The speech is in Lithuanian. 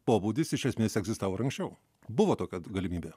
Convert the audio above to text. pobūdis iš esmės egzistavo ir anksčiau buvo tokia galimybė